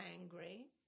angry